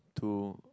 to